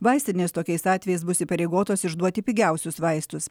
vaistinės tokiais atvejais bus įpareigotos išduoti pigiausius vaistus